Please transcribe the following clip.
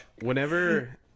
Whenever